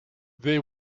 they